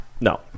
No